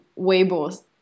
Weibo